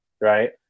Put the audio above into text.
Right